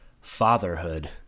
Fatherhood